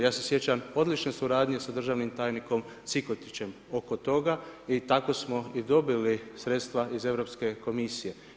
Ja se sjećam odlične suradnje sa državnim tajnikom Cikotićem oko toga i tako smo i dobili sredstva iz Europske komisije.